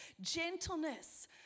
gentleness